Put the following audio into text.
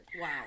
Wow